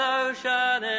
ocean